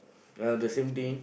uh the same thing